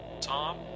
Tom